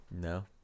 No